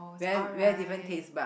very very different taste bud